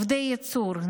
עובדי ייצור,